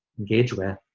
engage with,